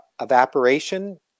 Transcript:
evaporation